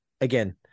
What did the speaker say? Again